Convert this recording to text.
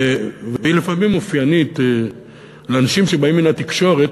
והיא לפעמים אופיינית לאנשים שבאים מן התקשורת,